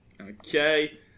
Okay